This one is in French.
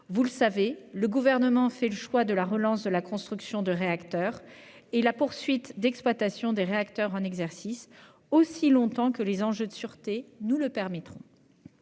Vous le savez, le Gouvernement fait le choix de la relance de la construction de réacteurs et de la poursuite de l'exploitation des réacteurs en exercice, aussi longtemps que les enjeux de sûreté nous le permettront.